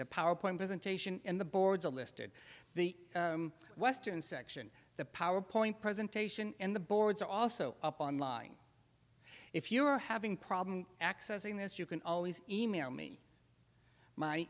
the powerpoint presentation and the boards are listed the western section the powerpoint presentation and the boards are also up online if you're having problems accessing this you can always email me my